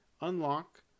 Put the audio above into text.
Unlock